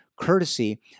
courtesy